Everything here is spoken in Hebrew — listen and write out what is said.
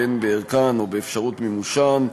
או שינוי בערכן או באפשרות מימושן,